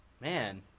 Man